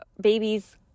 babies